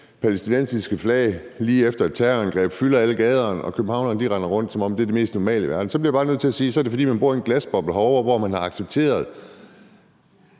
palæstinensiske flag lige efter et terrorangreb fylder alle gaderne og københavnerne render rundt, som om det er det mest normale, bliver jeg bare nødt til at sige, at så er det, fordi man bor i en glasboble herovre, hvor man har accepteret